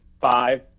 five